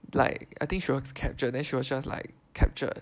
like I think she wants to capture then she was just like captured